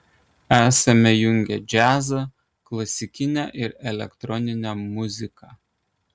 esame jungę džiazą klasikinę ir elektroninę muziką